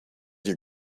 your